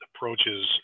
Approaches